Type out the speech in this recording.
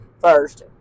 first